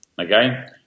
okay